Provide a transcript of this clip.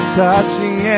touching